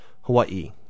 Hawaii